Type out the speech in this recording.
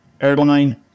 airline